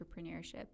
entrepreneurship